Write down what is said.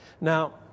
Now